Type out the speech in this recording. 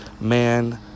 Man